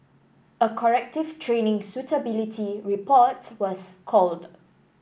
a corrective training suitability report was called